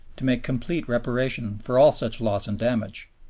to make complete reparation for all such loss and damage.